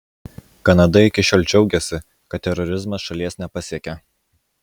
kanada iki šiol džiaugėsi kad terorizmas šalies nepasiekia